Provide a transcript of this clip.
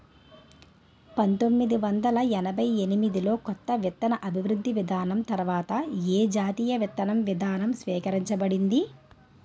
పంతోమ్మిది వందల ఎనభై ఎనిమిది లో కొత్త విత్తన అభివృద్ధి విధానం తర్వాత ఏ జాతీయ విత్తన విధానం స్వీకరించబడింది?